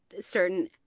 certain